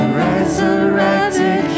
resurrected